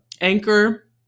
Anchor